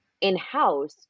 in-house